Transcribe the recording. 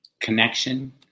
Connection